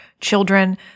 children